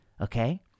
Okay